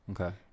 Okay